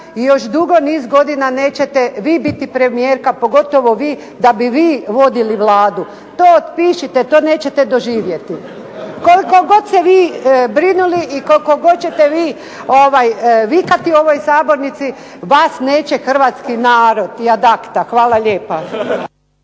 i još dugo niz godina nećete vi biti premijerka pogotovo vi da bi vi vodili Vladu, to otpišite, to nećete doživjeti. Koliko god se vi brinuli i koliko god ćete vi vikati u ovoj Sabornici, vas neće Hrvatski narod i ad acta. **Bebić,